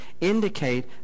indicate